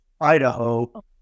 Idaho